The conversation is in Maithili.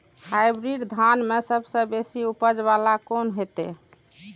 हाईब्रीड धान में सबसे बेसी उपज बाला कोन हेते?